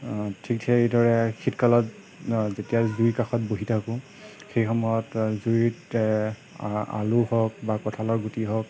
ঠিক সেইদৰে শীত কালত যেতিয়া জুই কাষত বহি থাকোঁ সেই সময়ত জুইত আলু হওক বা কঁঠালৰ গুটি হওক